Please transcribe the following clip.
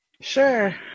Sure